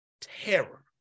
terror